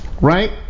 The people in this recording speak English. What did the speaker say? Right